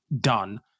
done